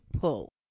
pull